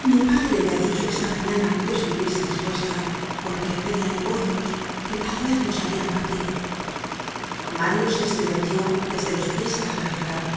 from google book search generated at mi padre me ha dicho esta mañana que estuviese dispuesta porque tenia negocios que tal vez nos harian partir mario se estremeció desde los pies á la cabeza